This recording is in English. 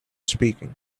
speaking